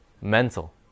Mental